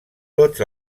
tots